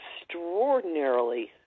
extraordinarily